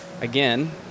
again